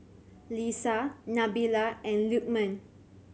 Lisa Nabila and Lukman